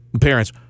parents